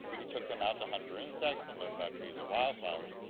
he took them out to hunt for insects and learned about trees and wildflowers.